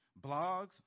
blogs